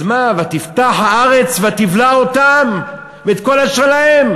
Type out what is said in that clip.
אז מה, ותפתח הארץ ותבלע אותם ואת כל אשר להם,